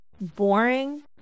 boring